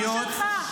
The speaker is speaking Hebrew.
איפה שלך?